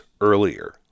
earlier